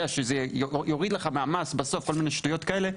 שזה יוריד לך מהמס בסוף כל מיני שטויות כאלה,